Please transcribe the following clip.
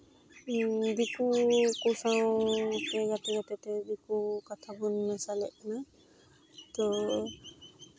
ᱫᱤᱠᱩ ᱠᱚ ᱥᱟᱶ ᱜᱟᱛᱮ ᱜᱟᱛᱮ ᱛᱮ ᱫᱤᱠᱩ ᱠᱟᱛᱷᱟ ᱵᱚᱱ ᱢᱮᱥᱟᱞᱮᱜ ᱠᱟᱱᱟ ᱛᱚ